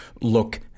look